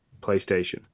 PlayStation